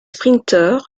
sprinteurs